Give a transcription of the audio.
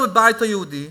בבית היהודי,